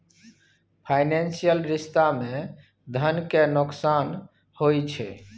financial रिश्ता मे धन केर नोकसान होइ छै